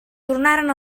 tornaren